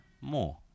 more